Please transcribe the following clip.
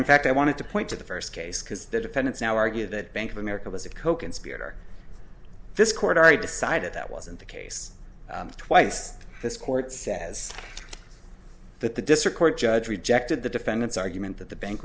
in fact i wanted to point to the first case because the defendants now argue that bank of america was a coconspirator this court already decided that wasn't the case twice this court says that the district court judge rejected the defendant's argument that the bank